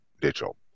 digital